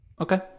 Okay